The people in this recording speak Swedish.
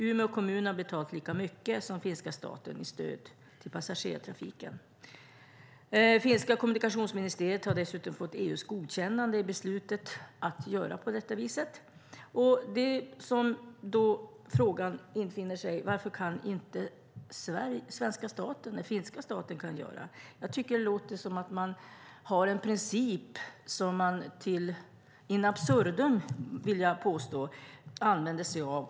Umeå kommun har betalat lika mycket i stöd till passagerartrafiken som den finska staten. Finska kommunikationsministeriet har dessutom fått EU:s godkännande i beslutet att göra på detta vis. Frågan som infinner sig är varför inte den svenska staten kan göra det den finska staten kan göra. Jag tycker att det låter som att man har en princip som man in absurdum, vill jag påstå, använder sig av.